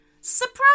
Surprise